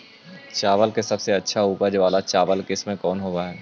चावल के सबसे अच्छा उच्च उपज चावल किस्म कौन होव हई?